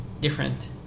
different